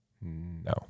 No